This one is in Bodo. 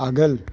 आगोल